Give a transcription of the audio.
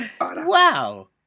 Wow